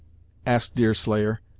asked deerslayer.